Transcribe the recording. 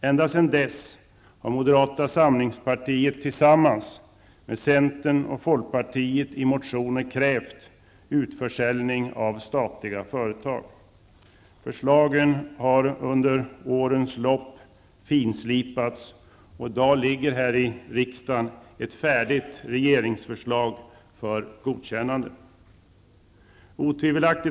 Ända sedan dess har moderata samlingspartiet tillsammans med centern och folkpartiet i motioner krävt utförsäljning av statliga företag. Förslagen har under årens lopp finslipats, och i dag ligger här i riksdagen ett färdigt regeringsförslag för godkännande. Herr talman!